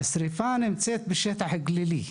השריפה נמצאת בשטח גלילי.